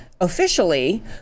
Officially